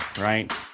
right